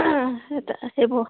অঁ সেইটো সেইবোৰ